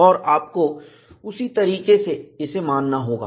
और आपको उसी तरीके से इसे मानना होगा